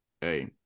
hey